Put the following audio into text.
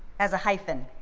as a hyphen,